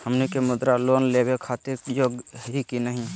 हमनी के मुद्रा लोन लेवे खातीर योग्य हई की नही?